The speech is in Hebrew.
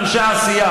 ממש.